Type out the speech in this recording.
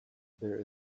there